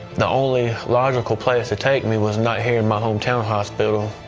the only logical place to take me was not here in my hometown hospital,